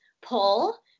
pull